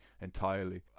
entirely